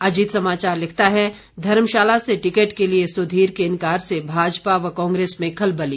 अजीत समाचार लिखता है धर्मशाला से टिकट के लिए सुधीर के इंकार से भाजपा व कांग्रेस में खलबली